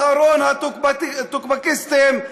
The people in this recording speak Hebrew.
אחרון הטוקבקיסטים,